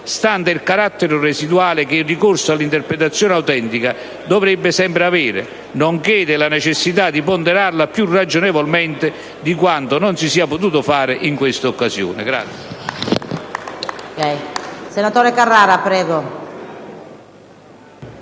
stante il carattere residuale che il ricorso all'interpretazione autentica dovrebbe sempre avere, nonché della necessità di ponderarla più ragionevolmente di quanto non si sia potuto fare in questa occasione.